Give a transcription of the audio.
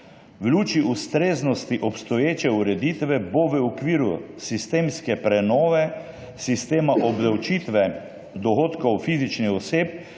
luči ustreznosti obstoječe ureditve bo v okviru sistemske prenove sistema obdavčitve dohodkov fizičnih oseb